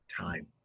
time